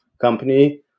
company